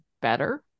better